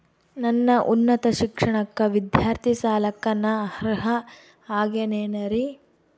ನನ್ನ ಉನ್ನತ ಶಿಕ್ಷಣಕ್ಕ ವಿದ್ಯಾರ್ಥಿ ಸಾಲಕ್ಕ ನಾ ಅರ್ಹ ಆಗೇನೇನರಿ?